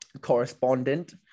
correspondent